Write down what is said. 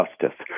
justice